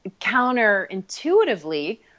counterintuitively